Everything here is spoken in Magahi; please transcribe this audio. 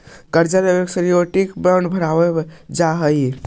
कर्जा लेवे समय श्योरिटी बॉण्ड भरवावल जा हई